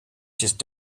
just